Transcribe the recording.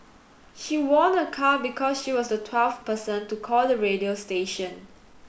she won a car because she was the twelfth person to call the radio station